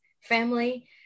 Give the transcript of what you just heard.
family